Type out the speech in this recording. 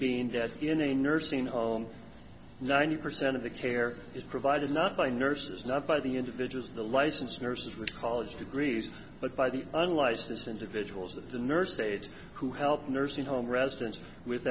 being that in a nursing home ninety percent of the care is provided nothing nurses not by the individuals of the licensed nurses with college degrees but by the unlicensed individuals that the nurse states who help nursing home residents with